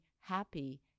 happy